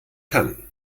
kann